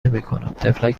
نمیکنم، طفلک